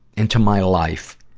into my life